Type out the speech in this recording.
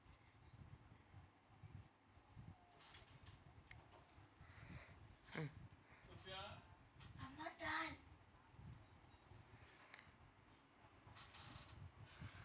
mm